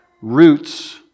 roots